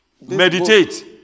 Meditate